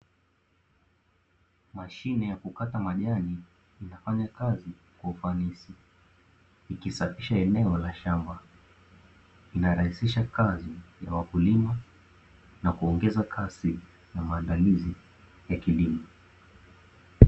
Mashine ya kukata majani inafanya kazi kwa ufanisi ikisafisha eneo la shamba inarahisisha kazi ya wakulima na kuongeza kasi ya maandalizi ya kilimo.